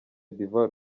d’ivoir